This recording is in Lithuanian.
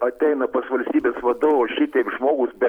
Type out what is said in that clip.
ateina pas valstybės vadovą šitaip žmogus be